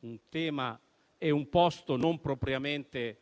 un tema e un posto non propriamente